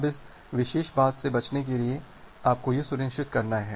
अब इस विशेष बात से बचने के लिए आपको क्या सुनिश्चित करना है